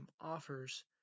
offers